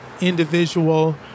individual